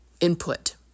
input